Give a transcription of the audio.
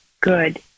good